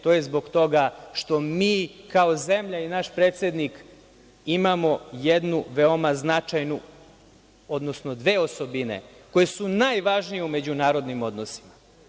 To je zbog toga što mi kao zemlja i naš predsednik imamo jednu veoma značajnu, odnosno dve osobine koje su najvažnije u međunarodnim odnosima.